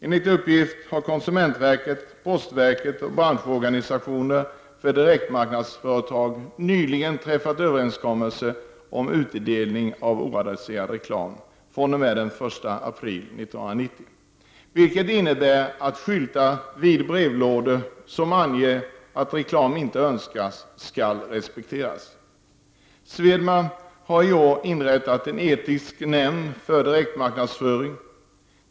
Enligt uppgift har konsumentverket, postverket och branschorganisationen för direktmarknadsföretag nyligen träffat överenskommelse om utdelning av oadresserad reklam fr.o.m. den 1 april 1990, vilket innebär att skyltar vid brevlådor, som anger att reklam inte önskas, skall respekteras. SWNEDMA har i år inrättat en etisk nämnd för direktmarknadsföring.